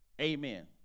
Amen